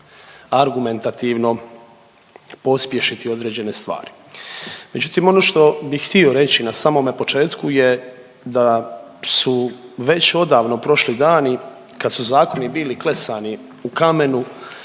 argumentativno pospješiti određene stvari. Međutim ono što bi htio reći na samome početku je da su već odavno prošli dani kad su zakoni bili klesani u kamenu,